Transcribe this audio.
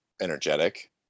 energetic